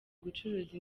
gucuruza